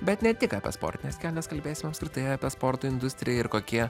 bet ne tik apie sportines kelnes kalbėsim apskritai apie sporto industriją ir kokie